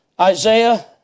Isaiah